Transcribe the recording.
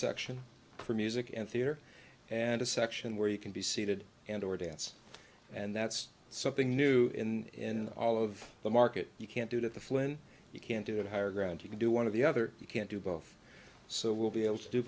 section for music and theater and a section where you can be seated and or dance and that's something new in all of the market you can't do it at the flint you can't get higher ground you can do one of the other you can't do both so will be able to do